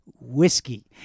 Whiskey